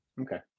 Okay